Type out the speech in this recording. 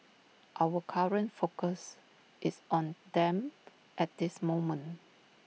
our current focus is on them at this moment